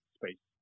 space